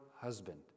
husband